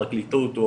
הפרקליטות,